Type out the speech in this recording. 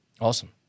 Awesome